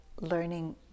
learning